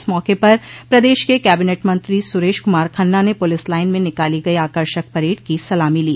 इस मौके पर प्रदेश के कैबिनेट मंत्री सुरेश कुमार खन्ना ने पुलिस लाइन में निकाली गयी आकर्षक परेड की सलामी ली